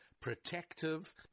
protective